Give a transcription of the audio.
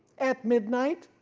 at midnight,